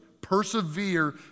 Persevere